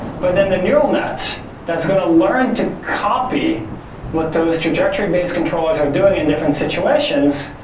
but then, the neural net that's gonna learn to copy what those trajectory based controllers are doing in different situations,